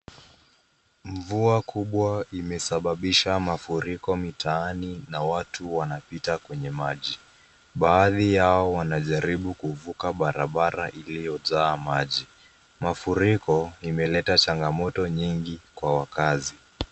Mvua kubwa imesababisha mafuriko mitaani na watu wanapita kwenye maji. Baadhi yao wanajaribu kuvuka barabara iliyojaa maji. Mafuriko imeleta changamoto nyingi kwa wakazi.